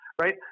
right